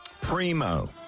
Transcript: Primo